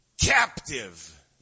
captive